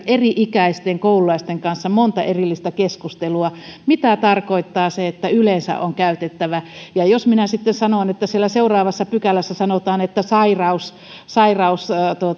eri ikäisten koululaisten kanssa monta erillistä keskustelua siitä mitä tarkoittaa se että on yleensä käytettävä jos minä sitten sanon että siellä seuraavassa pykälässä sanotaan että sairaus sairaus